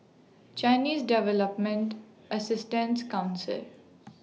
Chinese Development Assistant Council